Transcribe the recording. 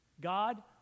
God